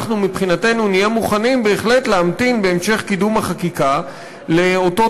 אנחנו מבחינתנו נהיה מוכנים בהחלט להמתין בהמשך קידום החקיקה לאותו